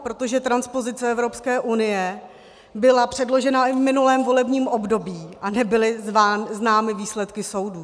Protože transpozice Evropské unie byla předložena i v minulém volebním období a nebyly známy výsledků soudů.